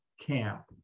camp